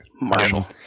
Marshall